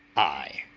ay,